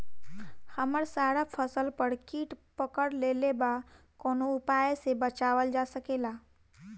हमर सारा फसल पर कीट पकड़ लेले बा कवनो उपाय से बचावल जा सकेला?